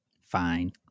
Fine